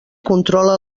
controla